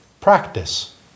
practice